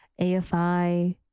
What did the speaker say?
AFI